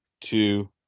two